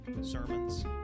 sermons